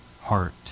heart